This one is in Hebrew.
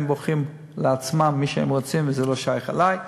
הם בוחרים לעצמם מי שהם רוצים וזה לא שייך אלי.